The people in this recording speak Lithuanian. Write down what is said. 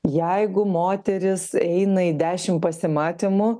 jeigu moteris eina į dešim pasimatymų